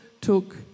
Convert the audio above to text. took